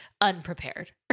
unprepared